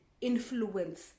influence